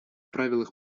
правилах